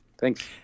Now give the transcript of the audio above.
Thanks